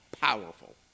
powerful